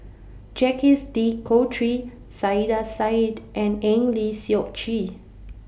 Jacques De Coutre Saiedah Said and Eng Lee Seok Chee